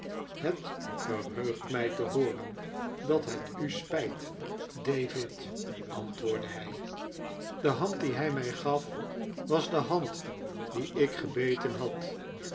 het verheugt mij te hooren dat het u spijt david antwoordde hij een gespann en toe stand de hand die hij mij gaf was de hand die ik gebeten had